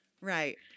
Right